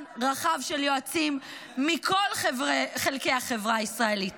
רחב של יועצים מכל חלקי החברה הישראלית